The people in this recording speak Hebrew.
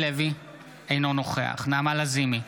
אינו נוכח נעמה לזימי,